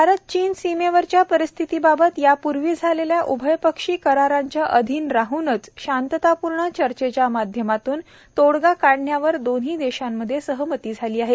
भारत चीन सीमेवरच्या परिस्थितीबाबत यापूर्वी झालेल्या उभयपक्षी करारांच्या अधीन राहनच शांततापूर्ण चर्चेच्या माध्यमातून तोडगा काढण्यावर दोन्ही देशांमधे सहमती झाली आहे